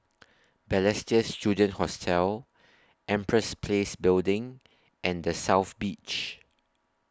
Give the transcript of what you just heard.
Balestier Student Hostel Empress Place Building and The South Beach